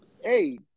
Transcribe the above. hey